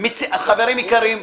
חברים יקרים,